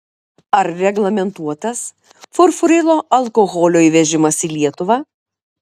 ar reglamentuotas furfurilo alkoholio įvežimas į lietuvą